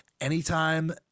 Anytime